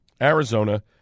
Arizona